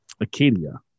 Acadia